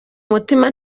mutima